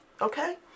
Okay